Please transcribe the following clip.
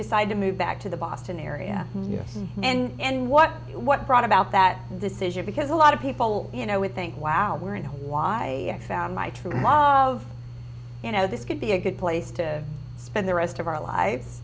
decided to move back to the boston area yes and what what brought about that decision because a lot of people you know would think wow where and why found my true love you know this could be a good place to spend the rest of our lives